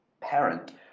parent